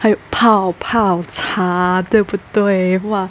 还有泡泡茶对不对 !wah!